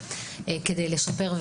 כדי לשפר,